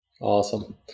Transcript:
Awesome